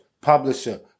publisher